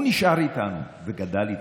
הוא נשאר איתנו וגדל איתנו,